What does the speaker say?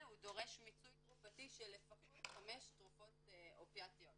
והוא דורש מיצוי תרופתי של לפחות חמש תרופות אופיאטיות